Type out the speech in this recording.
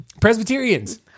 Presbyterians